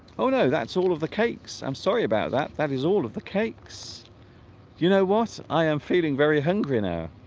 oh no that's all of the cakes i'm sorry about that that is all of the cakes you know what i am feeling very hungry in air